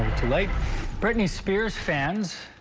tonight britney spears fans.